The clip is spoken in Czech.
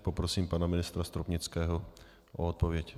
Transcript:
Poprosím pana ministra Stropnického o odpověď.